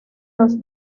los